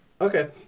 Okay